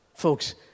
folks